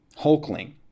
hulkling